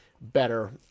better